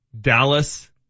Dallas